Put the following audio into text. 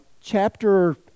chapter